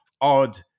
odd